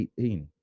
18